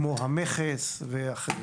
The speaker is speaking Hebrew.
כמו המכס ואחרים.